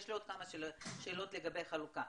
יש לי עוד כמה שאלות לגבי החלוקה.